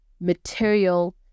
material